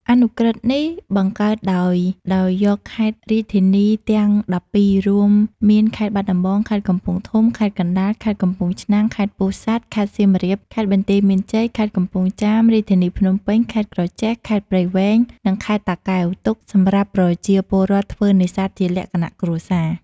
អនុក្រឹត្យនេះ បង្កើតដោយដោយយកខេត្ត-រាជធានីទាំង១២ រួមមានខេត្តបាត់ដំបង ខេត្តកំពង់ធំ ខេត្តកណ្តាល ខេត្តកំពង់ឆ្នាំង ខេត្តពោធិសាត់ ខេត្តសៀមរាប ខេត្តបន្ទាយមានជ័យ ខេត្តកំពង់ចាម រាជធានីភ្នំពេញ ខេត្តក្រចេះ ខេត្តព្រៃវែង និងខេត្តតាកែវទុកសម្រាប់ប្រជាពលរដ្ឋធ្វើនេសាទជាលក្ខណៈគ្រួសារ។